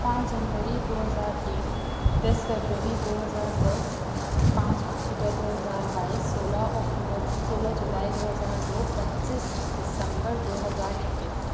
پانچ جنوری دو ہزار تین دس فبروری دو ہزار دس پانچ اکٹوبر دو ہزار بائیس سولہ اکٹوبر سولہ جولائی دو ہزار دو پچیس دسمبر دو ہزار اکیس